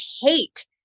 hate